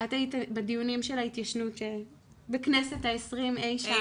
את היית בדיונים של ההתיישנות בכנסת ה-20 אי שם.